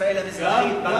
ארץ-ישראל המזרחית?